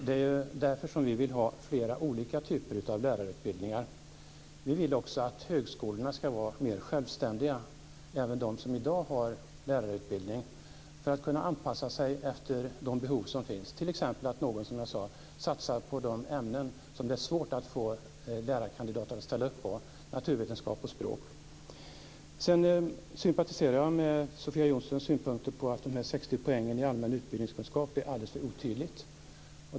Det är därför vi vill ha flera olika typer av lärarutbildningar. Vi vill också att högskolorna ska vara mer självständiga - även de som i dag har lärarutbildning - för att de ska kunna anpassa sig efter de behov som finns. Det kan t.ex. gälla att någon satsar på de ämnen, naturvetenskap och språk, som det är svårt att få lärarkandidater att ställa upp på. Sedan sympatiserar jag med Sofia Jonssons synpunkter på att de 60 poängen i allmän utbildningskunskap är alldeles för otydliga.